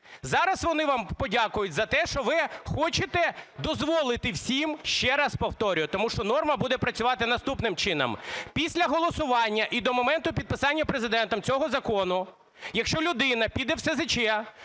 Зараз вони вам подякують за те, що ви хочете дозволити всім, ще раз повторюю, тому що норма буде працювати наступним чином: після голосування і до моменту підписання Президентом цього закону, якщо людина піде в СЗЧ,